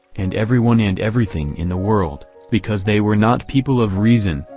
and everyone and everything in the world, because they were not people of reason,